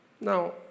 Now